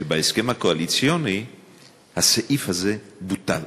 שבהסכם הקואליציוני הסעיף הזה בוטל.